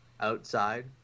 outside